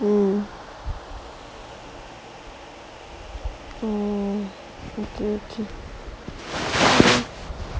mmhmm